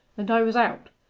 and i was out.